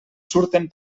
surten